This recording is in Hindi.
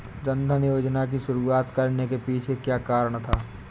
जन धन योजना की शुरुआत करने के पीछे क्या कारण था?